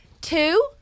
Two